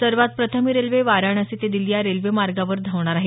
सर्वात प्रथम ही रेल्वे वाराणसी ते दिल्ली या रेल्वे मार्गावर धावणार आहे